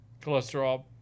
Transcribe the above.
cholesterol